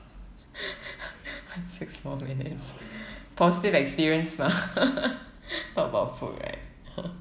six more minutes positive experience mah talk about food right ya